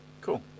cool